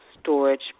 storage